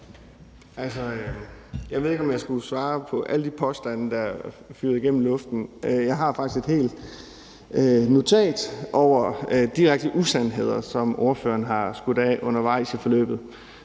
jeg ved ikke, om jeg skal svare på alle de påstande, der flyver igennem luften. Jeg har faktisk et helt notat om direkte usandheder, som ordføreren har skudt af undervejs i forløbet.